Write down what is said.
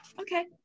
Okay